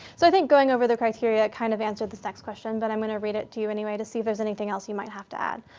so i think going over the criteria, kind of answered this next question, but i'm going to read it to you anyway to see if there's anything else you might have to add.